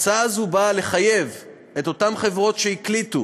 ההצעה הזאת באה לחייב את אותן חברות שהקליטו,